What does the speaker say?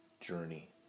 journey